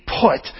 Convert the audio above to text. put